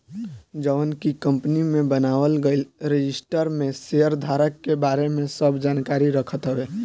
जवन की कंपनी में बनावल गईल रजिस्टर में शेयरधारक के बारे में सब जानकारी रखत हवे